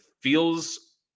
feels